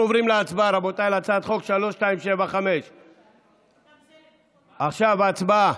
אנחנו עוברים להצבעה על הצעת חוק 3275. עכשיו הצבעה.